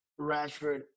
Rashford